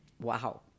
Wow